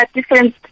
different